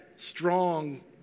strong